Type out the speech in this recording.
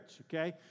okay